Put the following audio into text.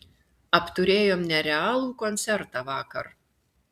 apturėjom nerealų koncertą vakar